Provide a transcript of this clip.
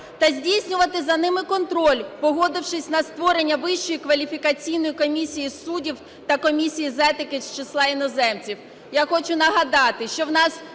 та здійснювати за ними контроль, погодившись на створення Вищої кваліфікаційної комісії суддів та Комісії з етики з числа іноземців.